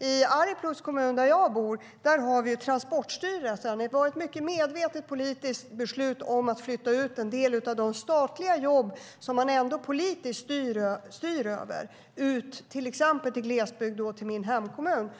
I Arjeplogs kommun, där jag bor, har vi Transportstyrelsen. Det var ett mycket medvetet politiskt beslut att flytta ut en del av de statliga jobb som man styr över politiskt till glesbygden, bland annat till min hemkommun.